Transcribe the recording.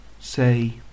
say